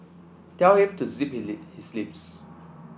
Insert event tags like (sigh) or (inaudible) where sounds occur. tell him to zip (unintelligible) his lips